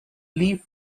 leaf